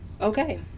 okay